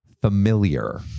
familiar